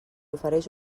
ofereix